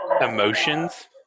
emotions